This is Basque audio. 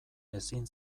ezin